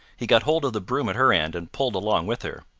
he got hold of the broom at her end and pulled along with her.